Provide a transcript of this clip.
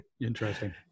Interesting